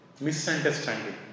misunderstanding